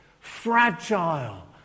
fragile